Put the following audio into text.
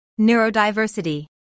Neurodiversity